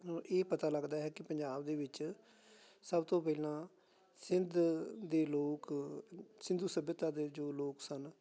ਇਹ ਪਤਾ ਲੱਗਦਾ ਹੈ ਕਿ ਪੰਜਾਬ ਦੇ ਵਿੱਚ ਸਭ ਤੋਂ ਪਹਿਲਾਂ ਸਿੰਧ ਦੇ ਲੋਕ ਸਿੰਧੂ ਸੱਭਿਅਤਾ ਦੇ ਜੋ ਲੋਕ ਸਨ